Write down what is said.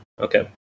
okay